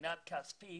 מבחינה כספית